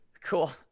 Cool